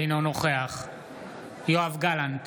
אינו נוכח יואב גלנט